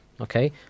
Okay